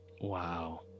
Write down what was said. Wow